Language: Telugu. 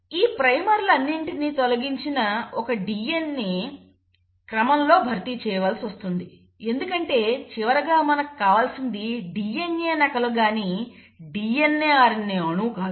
ఈ ప్రైమర్లు అన్నింటినీ తొలగించి ఒక DNA క్రమంలో భర్తీ చేయవలసి ఉంటుంది ఎందుకంటే చివరగా మనకు కావలసింది DNA నకలు గాని DNA RNA అణువు కాదు